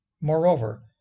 Moreover